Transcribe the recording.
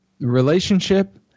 relationship